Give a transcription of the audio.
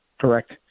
Correct